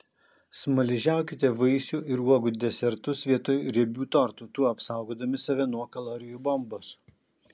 smaližiaukite vaisių ir uogų desertus vietoj riebių tortų tuo apsaugodami save nuo kalorijų bombos